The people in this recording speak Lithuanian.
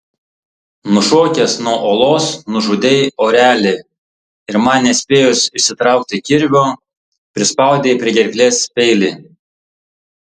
nušokęs nuo uolos nužudei orelį ir man nespėjus išsitraukti kirvio prispaudei prie gerklės peilį